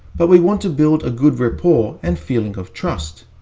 but we want to build a good rapport and feeling of trust.